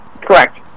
Correct